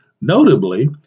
notably